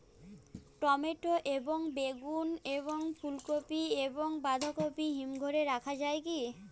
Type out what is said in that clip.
Tomato এবং বেগুন এবং ফুলকপি এবং বাঁধাকপি হিমঘরে রাখা যায় কি?